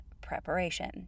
preparation